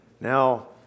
Now